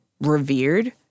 revered